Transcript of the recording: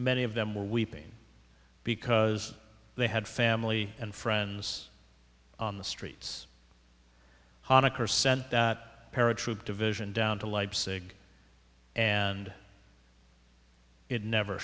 many of them were weeping because they had family and friends on the streets honaker sent that paratroop division down to leipzig and it never